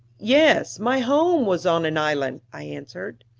yes, my home was on an island, i answered.